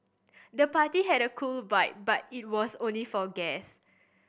the party had a cool vibe but it was only for guest